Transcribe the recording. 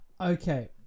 Okay